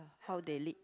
how they lead